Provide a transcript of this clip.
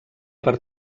per